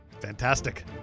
Fantastic